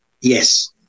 Yes